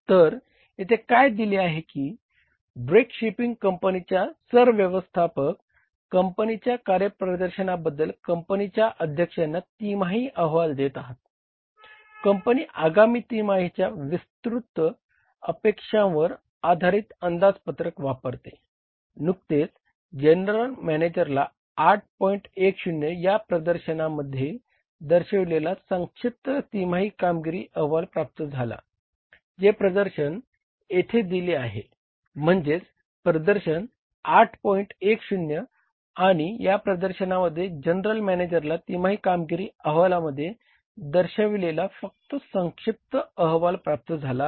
तर येथे काय दिले आहे की ड्रेक शिपिंग कंपनीचे सरव्यवस्थापक अहवाल प्राप्त झाला आहे